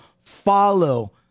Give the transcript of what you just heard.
follow